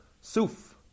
Suf